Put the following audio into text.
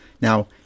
Now